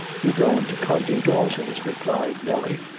you're goin' to condy dalton's, replied nelly,